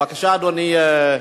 בבקשה, אדוני,